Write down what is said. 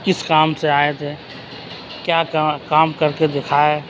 کس کام سے آئے تھے کیا کام کر کے دکھائے